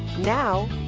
Now